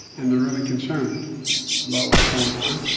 and they're really concerned about what's going on.